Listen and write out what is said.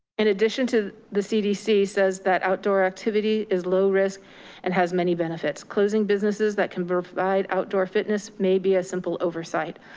and addition the cdc says that outdoor activity is low risk and has many benefits. closing businesses that can provide outdoor fitness may be a simple oversight.